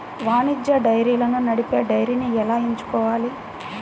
వాణిజ్య డైరీలను నడిపే డైరీని ఎలా ఎంచుకోవాలి?